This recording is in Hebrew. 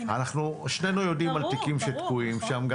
שנינו יודעים על התיקים שתקועים שם,